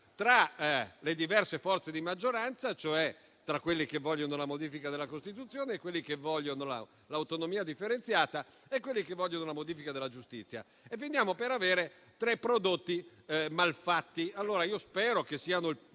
tra le diverse forze di maggioranza, cioè tra coloro che vogliono la modifica della Costituzione, coloro che vogliono l'autonomia differenziata e coloro che vogliono una riforma della giustizia. Così finiamo per avere tre prodotti malfatti.